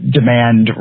demand